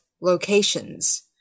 locations